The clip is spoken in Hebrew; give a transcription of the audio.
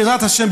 בעזרת השם,